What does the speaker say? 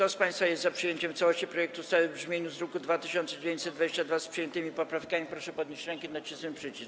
Kto z państwa jest za przyjęciem w całości projektu ustawy w brzmieniu z druku nr 2922, wraz z przyjętymi poprawkami, proszę podnieść rękę i nacisnąć przycisk.